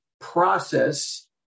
process